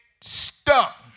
stuck